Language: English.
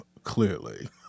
clearly